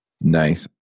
Nice